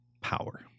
power